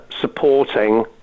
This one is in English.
supporting